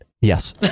Yes